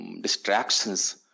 distractions